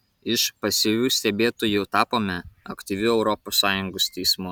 iš pasyvių stebėtojų tapome aktyviu europos sąjungos teismu